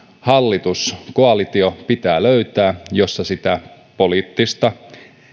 hallituskoalitio pitää löytää jossa sitä poliittista